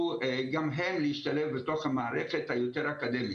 גם הם להשתלב בתוך המערכת היותר אקדמית.